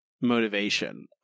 motivation